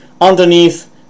underneath